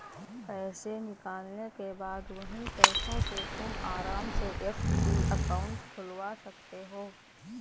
पैसे निकालने के बाद वही पैसों से तुम आराम से एफ.डी अकाउंट खुलवा सकते हो